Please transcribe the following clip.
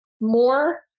more